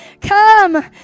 Come